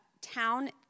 town